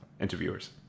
interviewers